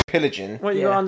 Pillaging